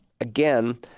again